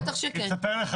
אני רוצה לתת לך